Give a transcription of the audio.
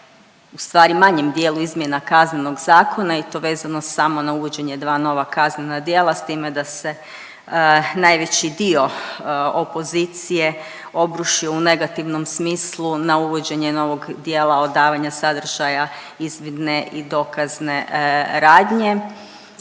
ustvari manjem dijelu izmjena KZ-a i to vezano samo na uvođenje dva nova kaznena djela s time da se najveći dio opozicije obrušio u negativnom smislu na uvođenje novog djela odavanja sadržaja izvidne i dokazne radnje.